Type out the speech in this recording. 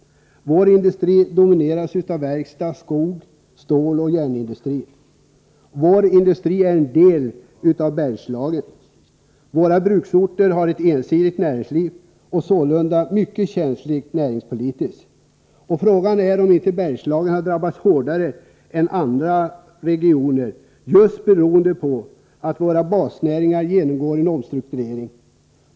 Vår industri domineras av verkstads-, skogs-, ståloch järnindustrin. Vår industri är en del av Bergslagens. Våra bruksorter har ett ensidigt näringsliv, som sålunda är mycket känsligt näringspolitiskt. Frågan är om inte Bergslagen har drabbats hårdare än andra regioner just beroende på att våra basnäringar genomgår en omstrukturering.